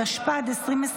התשפ"ד 2024,